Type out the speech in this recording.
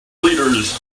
leaders